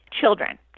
children